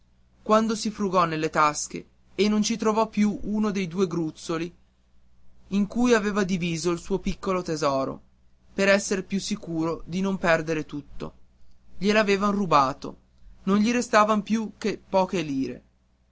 quando si frugò nelle tasche e non ci trovò più uno dei due gruzzoli in cui aveva diviso il suo piccolo tesoro per esser più sicuro di non perdere tutto gliel'avevan rubato non gli restavan più che poche lire